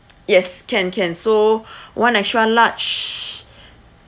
yes can can so one extra large